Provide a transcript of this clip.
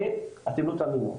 שאתם לא תאמינו,